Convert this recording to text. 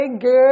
good